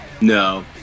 No